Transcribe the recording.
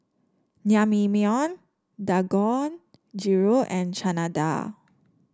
Naengmyeon Dangojiru and Chana Dal